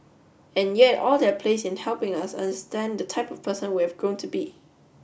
and yet all have their place in helping us understand the type person we have grown to be